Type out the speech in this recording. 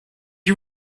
you